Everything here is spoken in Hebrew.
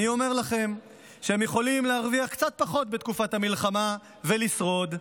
אני אומר לכם שהם יכולים להרוויח קצת פחות בתקופת המלחמה ולשרוד.